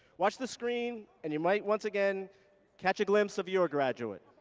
watch the screen, and you might once again catch a glimpse of your graduate.